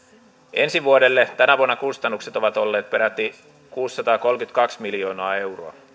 ensi vuodelle tänä vuonna kustannukset ovat olleet peräti kuusisataakolmekymmentäkaksi miljoonaa euroa